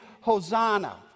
Hosanna